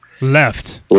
Left